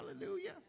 Hallelujah